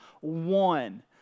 one